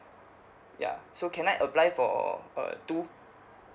ya so can I apply for uh two